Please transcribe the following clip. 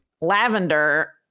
Lavender